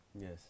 Yes